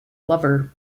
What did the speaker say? lover